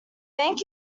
thank